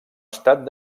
estat